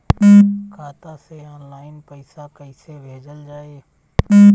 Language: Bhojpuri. खाता से ऑनलाइन पैसा कईसे भेजल जाई?